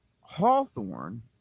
Hawthorne